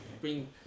bring